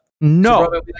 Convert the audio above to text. no